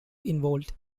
involved